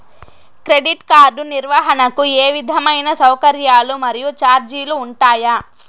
Credit card నిర్వహణకు ఏ విధమైన సౌకర్యాలు మరియు చార్జీలు ఉంటాయా?